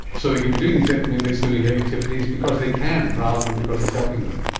so they could be doing these mentally stimulating activities because they can rather than because it's helping them.